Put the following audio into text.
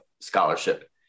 scholarship